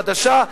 חדשה,